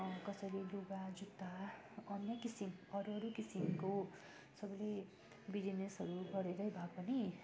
कसैले लुगा जुत्ता अन्य किसिम अरू अरू किसिमको सबले बिजनेसहरू गरेरै भए पनि